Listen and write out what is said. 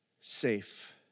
safe